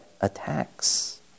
attacks